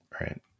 Right